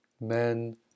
men